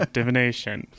Divination